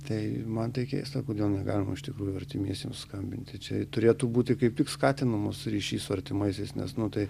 tai man tai keista kodėl negalima iš tikrųjų artimiesiems skambinti čia turėtų būti kaip tik skatinamas ryšys su artimaisiais nes nu tai